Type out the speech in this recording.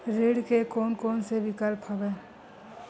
ऋण के कोन कोन से विकल्प हवय?